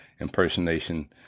impersonation